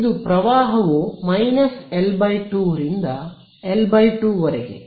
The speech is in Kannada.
ಆದ್ದರಿಂದ ಇದು ಪ್ರವಾಹವು L 2 ರಿಂದ L 2 ವರೆಗೆ